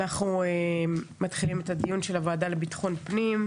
אנחנו מתחילים את הדיון של הוועדה לביטחון פנים.